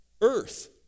earth